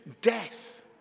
death